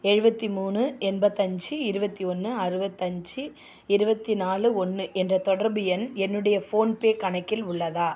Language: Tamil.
எழுபத்தி மூணு எண்பத்தஞ்சு இருபத்தி ஒன்று அறுபத்தஞ்சி இருபத்தி நாலு ஒன்று என்ற தொடர்பு எண் என்னுடைய ஃபோன்பே கணக்கில் உள்ளதா